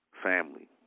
Family